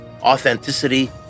authenticity